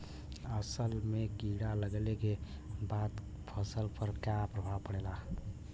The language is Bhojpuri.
असल में कीड़ा लगने के बाद फसल पर क्या प्रभाव पड़ेगा?